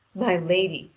my lady,